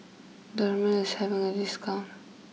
Dermale is having a discount